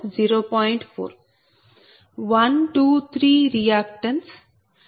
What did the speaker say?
4 1 2 3 reactance 0